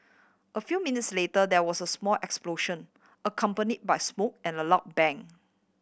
a few minutes later there was a small explosion accompany by smoke and a loud bang